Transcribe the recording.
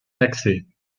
taxés